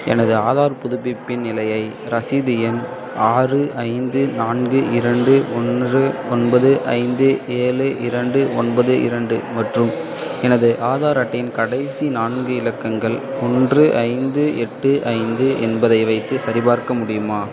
எனது ஆதார் புதுப்பிப்பின் நிலையை ரசீது எண் ஆறு ஐந்து நான்கு இரண்டு ஒன்று ஒன்பது ஐந்து ஏழு இரண்டு ஒன்பது இரண்டு மற்றும் எனது ஆதார் அட்டையின் கடைசி நான்கு இலக்கங்கள் ஒன்று ஐந்து எட்டு ஐந்து என்பதை வைத்து சரிபார்க்க முடியுமா